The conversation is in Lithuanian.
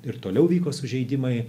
ir toliau vyko sužeidimai